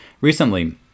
recently